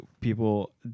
people